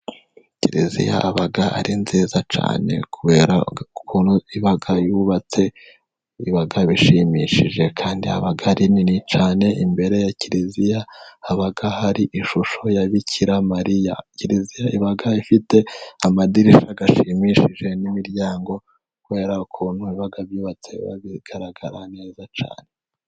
kiriziya iba ari nziza cyane kubera ukuntu iba yubatse, biba bishimishije kandi iba ari nini cyane, imbere ya kiriziya haba hari ishusho ya Bikiramariya. Kiriziya iba ifite amadirishya ashimishije n'imiryango, kubera ukuntu iba byubatse bigaragara neza cyane.